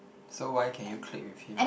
so why can you click with him